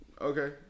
Okay